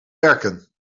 werken